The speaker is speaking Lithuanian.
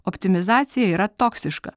optimizacija yra toksiška